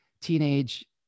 teenage